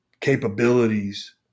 capabilities